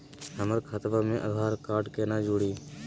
हमर खतवा मे आधार कार्ड केना जुड़ी?